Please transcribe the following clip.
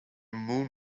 moon